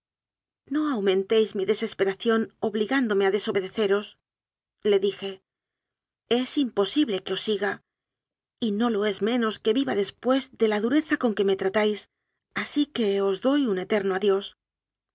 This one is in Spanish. no aumentéis mi desesperación obligán dome a desobedecerosle dije es imposible que os siga y no lo es menos que viva después de la dureza con que me tratáis así es que os doy un eterno adiós